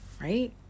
Right